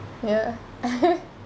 ya